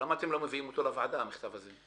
למה אתם לא מביאים אותו לוועדה, את המכתב הזה?